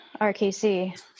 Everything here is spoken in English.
RKC